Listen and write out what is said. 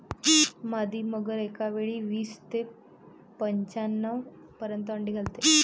मादी मगर एकावेळी वीस ते पंच्याण्णव पर्यंत अंडी घालते